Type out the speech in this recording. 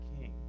king